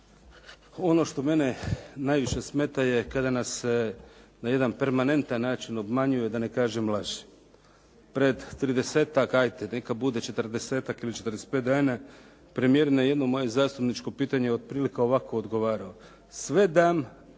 Ono što mene najviše smeta je kada nas na jedan permanentan način obmanjuj da ne kažem laže. Pred tridesetak, ajde neka bude 40 ili 45 dana premijer na jedno moje zastupničko pitanje je otprilike ovako odgovarao. Sve dam